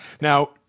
Now